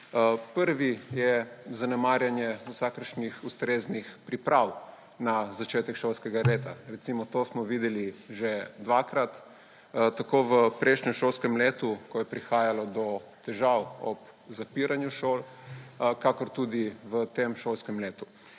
Prvi je zanemarjanje vsakršnih ustreznih priprav na začetek šolskega leta. To smo recimo videli že dvakrat, tako v prejšnjem šolskem letu, ko je prihajalo do težav ob zapiranju šol, kakor tudi v tem šolskem letu.